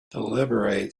deliberate